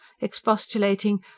expostulating